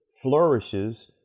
flourishes